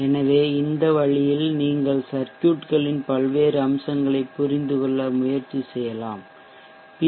எனவே இந்த வழியில் நீங்கள் சர்க்யூட்களின் பல்வேறு அம்சங்களைப் புரிந்து கொள்ள முயற்சி செய்யலாம் பி